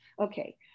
Okay